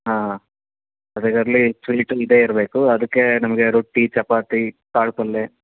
ಹಾಂ ಸರಿಯಾಗಿ early sweet ಇದೇ ಇರಬೇಕು ಅದಕ್ಕೆ ನಮಗೆ ರೊಟ್ಟಿ ಚಪಾತಿ ಕಾಳು ಪಲ್ಯೆ